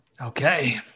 okay